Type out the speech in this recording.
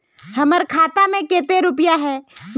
हमर खाता में केते रुपया है?